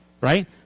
Right